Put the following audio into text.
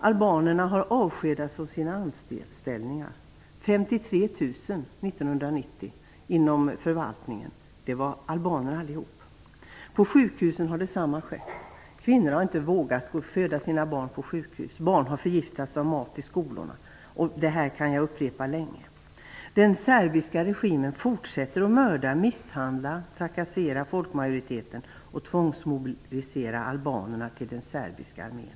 Albanerna har avskedats från sina anställningar. År 1990 avskedades 53 000 albaner inom förvaltningen. På sjukhusen har detsamma skett. Kvinnor har inte vågat föda sina barn på sjukhus. Barn har förgiftats av mat i skolorna. Jag kan fortsätta den här uppräkningen länge. Den serbiska regimen fortsätter att mörda, misshandla och trakassera folkmajoriteten liksom att tvångsmobilisera albanerna till den serbiska armén.